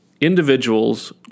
individuals